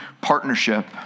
partnership